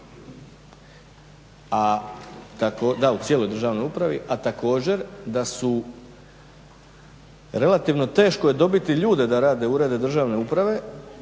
u cijeloj državnoj upravi, a također da relativno teško je dobiti ljude da rade u uredima državne uprave